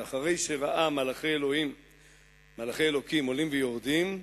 שאחרי שראה מלאכי אלוקים עולים ויורדים,